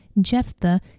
Jephthah